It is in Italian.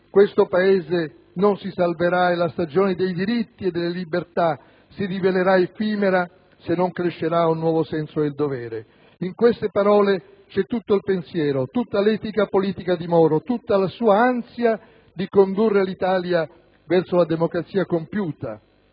«questo Paese non si salverà e la stagione dei diritti e delle libertà si rivelerà effimera, se non crescerà un nuovo senso del dovere». In queste parole c'è tutto il pensiero, tutta l'etica politica di Moro, tutta la sua ansia di condurre l'Italia verso la democrazia compiuta.